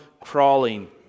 crawling